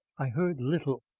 i heard little,